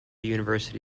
university